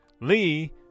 Lee